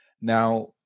Now